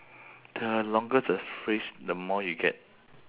the longer the phrase the more you get